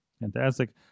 Fantastic